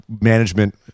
management